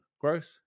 growth